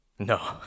No